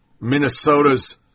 Minnesota's